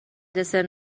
دسر